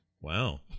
Wow